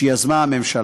שיזמה הממשלה.